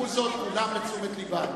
וייקחו זאת לתשומת לבם.